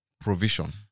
provision